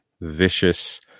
Vicious